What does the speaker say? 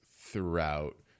throughout